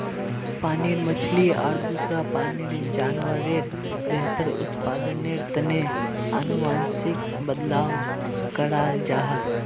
पानीर मछली आर दूसरा पानीर जान्वारेर बेहतर उत्पदानेर तने अनुवांशिक बदलाव कराल जाहा